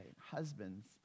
Husbands